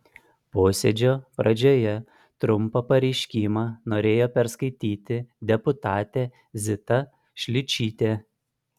posėdžio pradžioje trumpą pareiškimą norėjo perskaityti deputatė zita šličytė